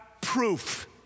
proof